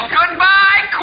goodbye